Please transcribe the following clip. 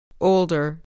Older